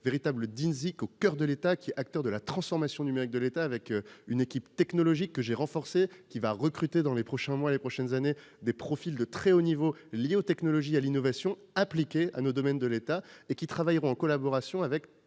l'État, la DINSIC, qui est acteur de la transformation numérique de l'État, avec une équipe technologique que j'ai renforcée, qui va recruter, dans les prochains mois et les prochaines années, des profils de très haut niveau liés aux technologies et à l'innovation appliquées aux domaines d'intervention de l'État et qui travaillera en collaboration avec